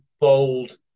bold